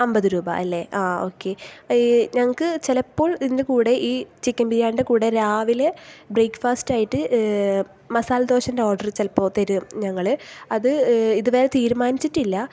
അൻപത് രൂപ അല്ലേ ആഹ് ഓക്കെ ഞങ്ങൾക്ക് ചിലപ്പോൾ ഇതിന്റെ കുടെ ഈ ചിക്കൻ ബിരിയാണിയുടെ കുടെ രാവിലെ ബ്രേക്ക്ഫാസ്റ്റ് ആയിട്ട് മസാൽദോശെന്റെ ഓർഡർ ചിലപ്പോൾ തരും ഞങ്ങൾ അത് ഇതുവരെ തീരുമാനിച്ചിട്ടില്ല